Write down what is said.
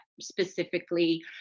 specifically